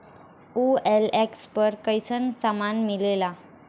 OLX पर कइसन सामान मीलेला?